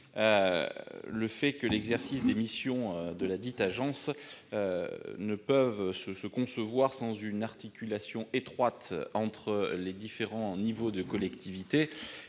précisé que l'exercice des missions de l'agence ne peut se concevoir sans une articulation étroite entre les différents niveaux de collectivités,